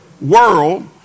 world